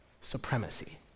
supremacy